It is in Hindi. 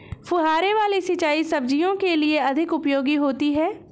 फुहारे वाली सिंचाई सब्जियों के लिए अधिक उपयोगी होती है?